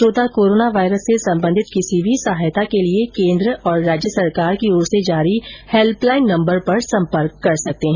श्रोता corona virus से संबंधित किसी भी सहायता के लिए कोन्द्र और राज्य की ओर से जारी हेल्प लाइन नम्बर पर फोन कर सकते हैं